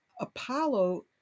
Apollo